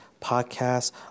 podcasts